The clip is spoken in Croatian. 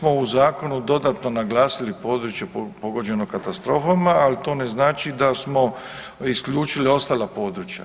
Mi smo u zakonu dodatno naglasili područje pogođeno katastrofama ali to ne znači da smo isključili ostala područja.